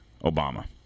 Obama